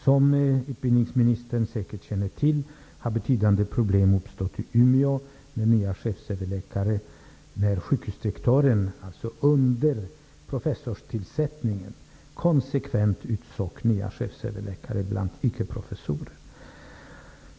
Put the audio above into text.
Som utbildningsministern säkert känner till har betydande problem uppstått i Umeå, när sjukhusdirektören vid professorstillsättningen konsekvent utsåg nya chefsöverläkare bland ickeprofessorer.